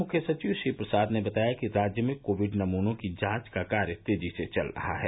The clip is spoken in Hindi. मुख्य सचिव श्री प्रसाद ने बताया कि राज्य में कोविड नमूनों की जांच का कार्य तेजी से चल रहा है